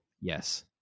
Yes